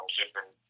different